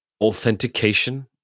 authentication